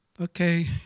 okay